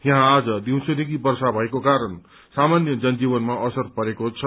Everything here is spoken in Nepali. यहाँ आज दिउँसोदेखि वर्षा भएको कारण सामान्य जनजीवनमा असर परेको छ